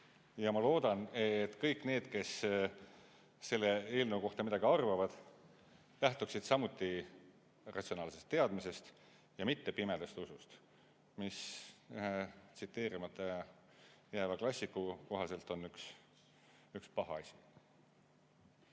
Ja ma loodan, et kõik need, kes selle eelnõu kohta midagi arvavad, lähtuksid samuti ratsionaalsest teadmisest ja mitte pimedast usust, mis tsiteerimata jääva klassiku kohaselt on üks paha asi.